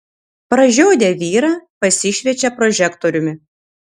pražiodę vyrą pasišviečia prožektoriumi